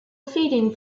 feeding